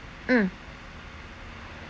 mm